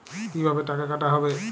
কিভাবে টাকা কাটা হবে?